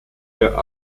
der